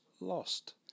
lost